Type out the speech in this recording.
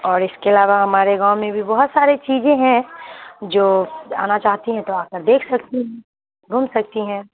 اور اس کے علاوہ ہمارے گاؤں میں بھی بہت ساری چیزیں ہیں جو آنا چاہتی ہیں تو آ کر دیکھ سکتی ہیں گھوم سکتی ہیں